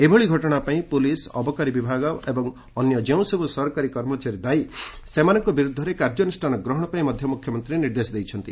ଏଭଳି ଘଟଣା ପାଇଁ ପୁଲିସ୍ ଅବକାରୀ ବିଭାଗ ଏବଂ ଅନ୍ୟ ଯେଉଁସବୁ ସରକାରୀ କର୍ମଚାରୀ ଦାୟୀ ସେମାନଙ୍କ ବିରୋଧରେ କାର୍ଯ୍ୟାନୁଷ୍ଠାନ ଗ୍ରହଣ ପାଇଁ ମଧ୍ୟ ମୁଖ୍ୟମନ୍ତ୍ରୀ ନିର୍ଦ୍ଦେଶ ଦେଇଛନ୍ତି